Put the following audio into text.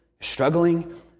struggling